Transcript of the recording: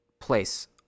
place